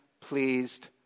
pleased